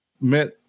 met